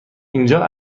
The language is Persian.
اینجا